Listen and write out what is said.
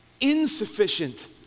insufficient